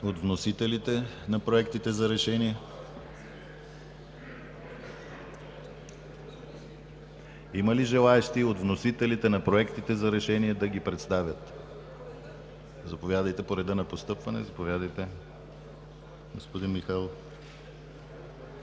От вносителите на проектите за решения има ли желаещи? От вносителите на проектите за решение има ли желаещи да ги представят? Заповядайте, по реда на постъпването. Заповядайте, господин Михайлов.